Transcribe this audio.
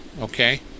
Okay